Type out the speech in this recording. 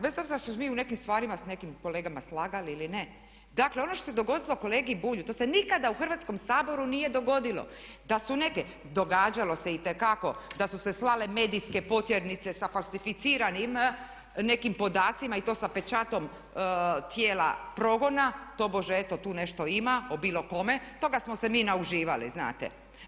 Bez obzira što se mi u nekim stvarima sa nekim kolegama slagali ili ne, dakle ono što se dogodilo kolegi Bulju to se nikada u Hrvatskom saboru nije dogodilo da su neke, događalo se itekako, da su se slale medijske potjernice sa falsificiranim nekim podacima i to sa pečatom tijela progona, tobože eto tu nešto ima, o bilo kome, toga smo se mi nauživali znate.